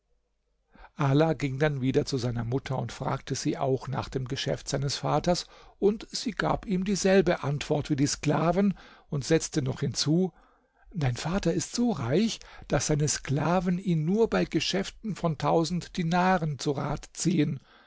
ala ging dann wieder zu seiner mutter und fragte sie auch nach dem geschäft seines vaters und sie gab ihm dieselbe antwort wie die sklaven und setzte noch hinzu dein vater ist so reich daß seine sklaven ihn nur bei geschäften von tausend dinaren zu rat ziehen